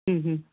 ಹ್ಞೂ ಹ್ಞೂ